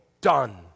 Done